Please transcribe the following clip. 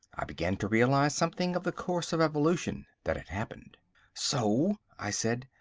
i began to realise something of the course of evolution that had happened so, i said,